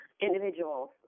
individuals